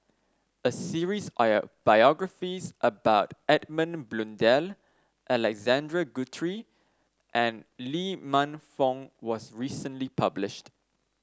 a series biographies about Edmund Blundell Alexander Guthrie and Lee Man Fong was recently published